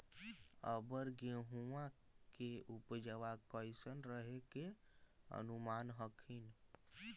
अबर गेहुमा के उपजबा कैसन रहे के अनुमान हखिन?